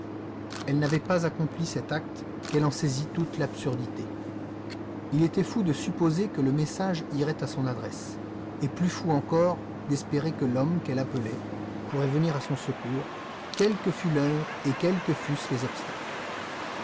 elle n'avait pas accompli cet acte qu'elle en saisit toute l'absurdité il était fou de supposer que le message irait à son adresse et plus fou encore d'espérer que l'homme qu'elle appelait pourrait venir à son secours quelle que fût l'heure et quels que fussent les obstacles